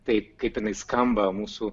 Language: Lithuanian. taip kaip jinai skamba mūsų